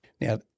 Now